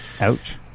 Ouch